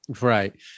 Right